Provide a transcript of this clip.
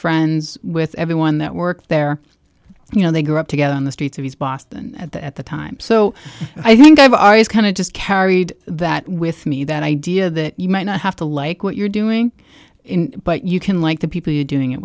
friends with everyone that worked there you know they grew up together on the streets of boston at the time so i think i've always kind of just carried that with me that idea that you might not have to like what you're doing but you can like the people you're doing it